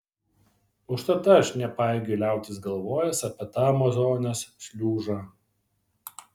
užtat aš nepajėgiu liautis galvojęs apie tą amazonės šliužą